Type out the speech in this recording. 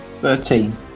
Thirteen